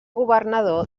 governador